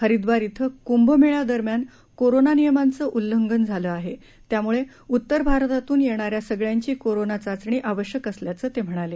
हरिद्वार इथं कुंभमेळ्या दरम्यान कोरोना नियमांचं उल्लंघन झालं आहे त्यामुळे उत्तर भारतातून येणाऱ्या संगळ्यांची कोरोना चाचणी आवश्यक असल्याचं ते म्हणाले